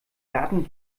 garten